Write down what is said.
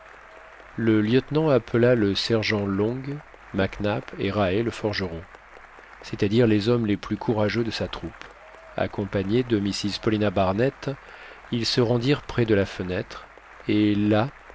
le lieutenant appela le sergent long mac nap et rae le forgeron c'est-à-dire les hommes les plus courageux de sa troupe accompagnés de mrs paulina barnett ils se rendirent près de la fenêtre et là